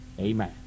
Amen